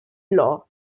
law